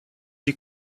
die